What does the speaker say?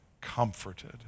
comforted